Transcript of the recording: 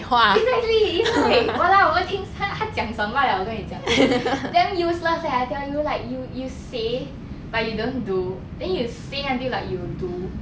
precisely it's like !walao! 我们听他讲爽罢了我跟你讲 damn useless leh I tell you like you you say but you don't do then you say until like you do